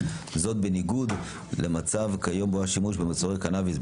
זאת בניגוד למצב כיום בו השימוש במוצרי קנביס,